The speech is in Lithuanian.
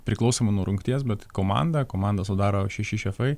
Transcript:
priklausomai nuo rungties bet komandą komandą sudaro šeši šefai